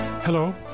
Hello